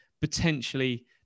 potentially